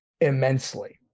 immensely